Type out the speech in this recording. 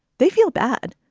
they feel bad.